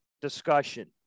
discussion